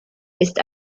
ist